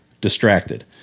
distracted